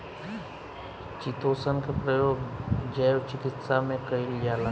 chitosan के प्रयोग जैव चिकित्सा में कईल जाला